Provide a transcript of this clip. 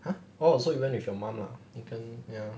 !huh! oh so you went with your mum lah 你跟 ya